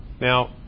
Now